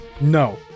No